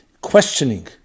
Questioning